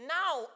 now